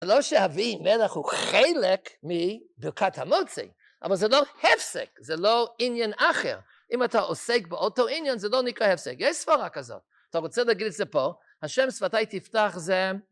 לא שאבימלך הוא חלק מברכת המוציא, אבל זה לא הפסק, זה לא עניין אחר. אם אתה עוסק באותו עניין זה לא נקרא הפסק, יש סברה כזאת. אתה רוצה להגיד את זה פה, השם שפתיי תפתח זה...